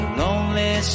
lonely